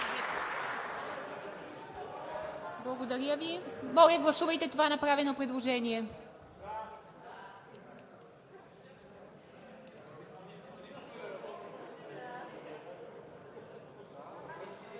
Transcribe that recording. Благодаря Ви. Моля, гласувайте това направено предложение.